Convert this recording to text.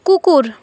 কুকুর